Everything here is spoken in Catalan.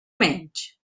menys